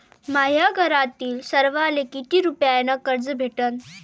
माह्या घरातील सर्वाले किती रुप्यान कर्ज भेटन?